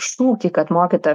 šūkį kad mokytojo